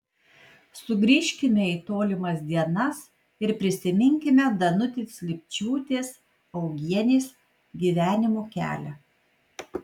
sugrįžkime į tolimas dienas ir prisiminkime danutės lipčiūtės augienės gyvenimo kelią